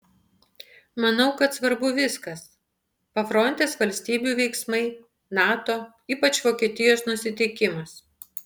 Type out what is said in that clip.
manau kad svarbu viskas pafrontės valstybių veiksmai nato ypač vokietijos nusiteikimas